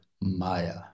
Maya